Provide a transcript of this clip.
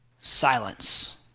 Silence